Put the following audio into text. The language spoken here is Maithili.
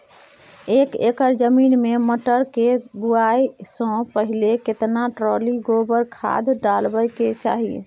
एक एकर जमीन में मटर के बुआई स पहिले केतना ट्रॉली गोबर खाद डालबै के चाही?